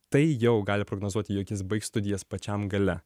tai jau gali prognozuoti jog jis baigs studijas pačiam gale